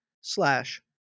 slash